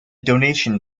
donation